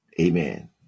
amen